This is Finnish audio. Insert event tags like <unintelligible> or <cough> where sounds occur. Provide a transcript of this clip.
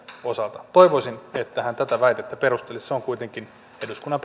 osalta toivoisin että hän tätä väitettä perustelisi se on kuitenkin eduskunnan <unintelligible>